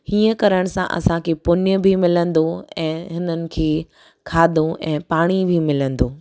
हीअं करण सां असांखे पुञ बि मिलंदो ऐं हिननि खे खाधो ऐं पाणी बि मिलंदो